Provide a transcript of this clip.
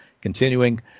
Continuing